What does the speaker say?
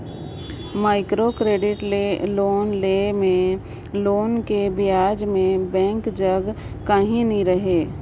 micro credit ले loan लेय में लोन कर एबज में बेंक जग काहीं नी रहें